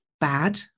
bad